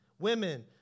Women